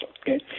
okay